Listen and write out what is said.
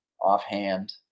offhand